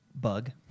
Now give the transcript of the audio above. Bug